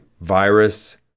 virus